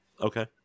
okay